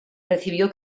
recibió